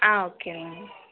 ఓకేండి